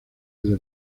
desde